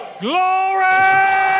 glory